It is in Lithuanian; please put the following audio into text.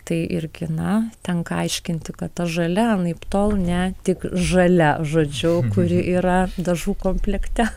tai irgi na tenka aiškinti kad ta žalia anaiptol ne tik žalia žodžiu kuri yra dažų komplekte